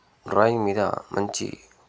drawing మీద మంచి